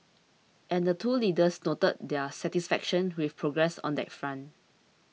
and the two leaders noted their satisfaction with progress on that front